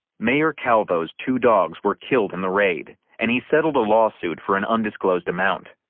mayor calvo's two dogs were killed in the raid and he settled a lawsuit for an undisclosed amount.